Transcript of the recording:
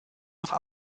noch